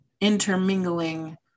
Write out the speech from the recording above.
intermingling